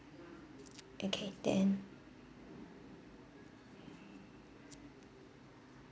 okay then